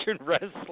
wrestling